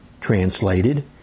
translated